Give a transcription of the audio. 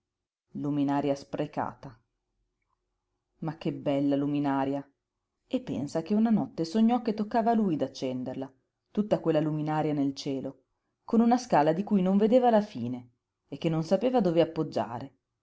luminaria sprecata ma che bella luminaria e pensa che una notte sognò che toccava a lui d'accenderla tutta quella luminaria nel cielo con una scala di cui non vedeva la fine e che non sapeva dove appoggiare